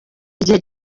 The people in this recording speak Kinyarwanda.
igihe